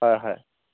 হয় হয়